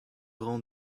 ran